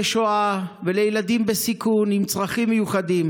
שואה ולילדים בסיכון ועם צרכים מיוחדים.